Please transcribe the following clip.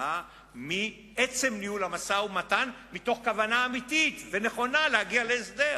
כתוצאה מעצם ניהול המשא-ומתן מתוך כוונה אמיתית ונכונה להגיע להסדר.